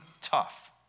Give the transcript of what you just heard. tough